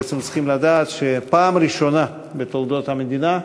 בעצם צריכים לדעת שהיום הזה מתקיים בפעם הראשונה בתולדות המדינה,